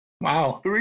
Wow